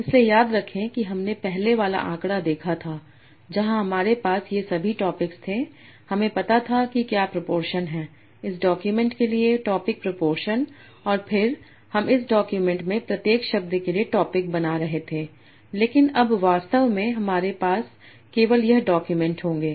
इसलिए याद रखें कि हमने पहले वाला आंकड़ा देखा था जहां हमारे पास ये सभी टॉपिक थे हमें पता था कि क्या प्रोपोरशन हैं इस डॉक्यूमेंट के लिए टॉपिक प्रोपोरशन और फिर हम इस डॉक्यूमेंट में प्रत्येक शब्द के लिए टॉपिक बना रहे थे लेकिन अब वास्तव में हमारे पास केवल यह डॉक्यूमेंट होंगे